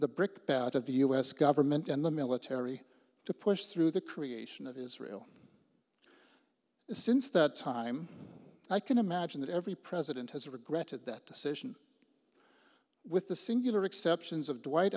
the brickbat of the us government and the military to push through the creation of israel since that time i can imagine that every president has regretted that decision with the singular exceptions of dwight